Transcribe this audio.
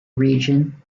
region